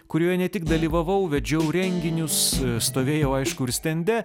kurioj ne tik dalyvavau vedžiau renginius stovėjau aišku ir stende